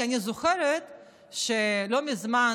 כי אני זוכרת שלא מזמן,